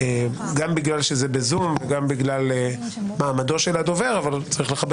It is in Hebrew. גם בגלל שזה בזום וגם בגלל מעמדו של הדובר צריך לכבד